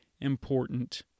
important